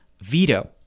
veto